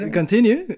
continue